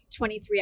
23